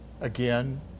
Again